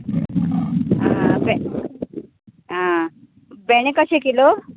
आं बे आं भेंडे कशे किलो